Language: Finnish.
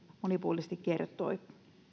monipuolisesti kertoi